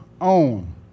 own